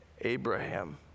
Abraham